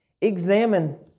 Examine